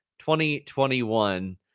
2021